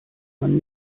man